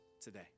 today